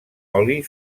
oli